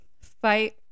fight